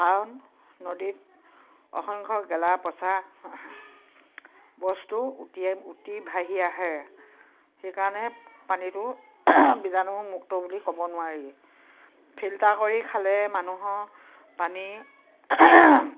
কাৰণ নদীত অসংখ্য গেলা পচা বস্তু উটি উটি ভাহি আহে সেইকাৰণে পানীটো বীজাণুমুক্ত বুলি ক'ব নোৱাৰি ফিল্টাৰ কৰি খালে মানুহৰ পানী